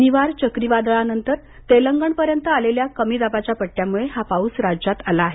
निवार चक्रीवादळानंतर तेलंगणपर्यंत आलेल्या कमी दाबाच्या पट्टयामुळे हा पाऊस राज्यात आला आहे